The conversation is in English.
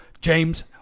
James